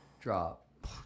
Drop